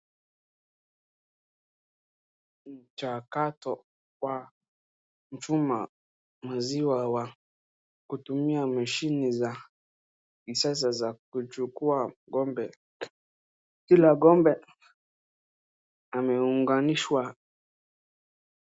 Mchakato wa mchuma maziwa wa kutumia mashini za kisasa za kuchukua ng'ombe. Kila ng'ombe ameunganishwa.